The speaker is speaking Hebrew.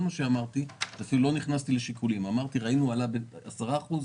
אם ראינו שהמחירים עלו ב-10%,